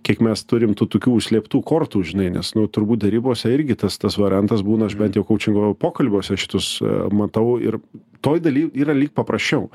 kiek mes turim tų tokių užslėptų kortų žinai nes nu turbūt derybose irgi tas tas variantas būna aš bent jau koučingo pokalbiuose šitus matau ir toj daly yra lyg paprasčiau